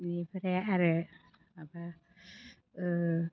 बिनिफ्राय आरो माबा ओ